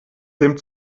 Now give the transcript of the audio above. dem